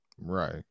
right